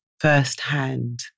firsthand